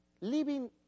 Leaving